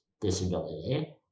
disability